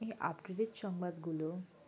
এই up to date সংবাদগুলো